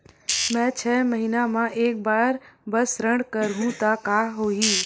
मैं छै महीना म एक बार बस ऋण करहु त का होही?